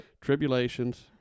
tribulations